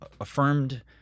affirmed